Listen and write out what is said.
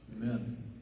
Amen